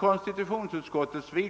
Konstitutionsutskottet har